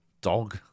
dog